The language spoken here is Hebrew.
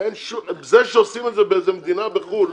זה שעושים את זה באיזה מדינה בחו"ל,